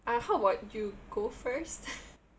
uh how about you go first